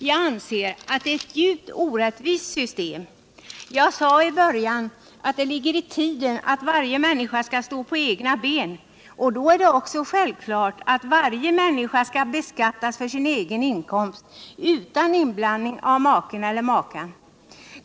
Jag anser att det är ett djupt orättvist system. Jag sade i början av mitt anförande att det ligger i tiden att varje människa skall stå på egna ben. Då är det också självklart att varje människa skall beskattas för sin egen inkomst utan inblandning av maken eller makan.